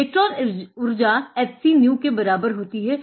electron उर्जा h nu के बराबर होती है